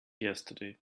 yesterday